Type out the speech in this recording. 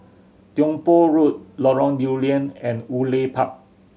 Tiong Poh Road Lorong Lew Lian and Woodleigh Park